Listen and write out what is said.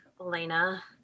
Elena